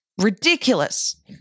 ridiculous